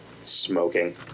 Smoking